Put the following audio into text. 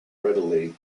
readily